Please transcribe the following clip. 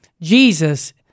Jesus